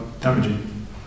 damaging